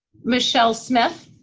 michelle smith.